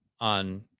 on